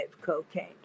Cocaine